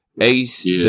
Ace